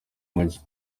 mucyo